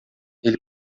ele